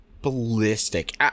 ballistic